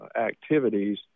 activities